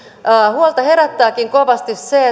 huolta herättääkin kovasti se